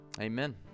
amen